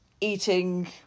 eating